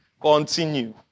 Continue